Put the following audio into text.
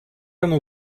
оно